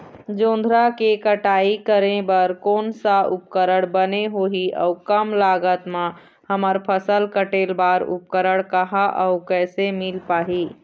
जोंधरा के कटाई करें बर कोन सा उपकरण बने होही अऊ कम लागत मा हमर फसल कटेल बार उपकरण कहा अउ कैसे मील पाही?